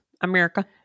America